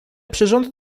przyrząd